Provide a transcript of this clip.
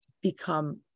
become